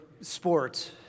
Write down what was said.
sports